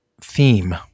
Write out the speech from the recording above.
theme